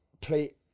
play